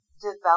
develop